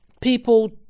people